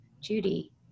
Judy